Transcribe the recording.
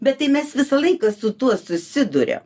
bet tai mes visą laiką su tuo susiduria